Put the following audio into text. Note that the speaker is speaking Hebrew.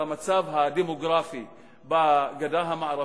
על המצב הדמוגרפי בגדה המערבית,